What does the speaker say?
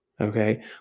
Okay